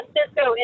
Cisco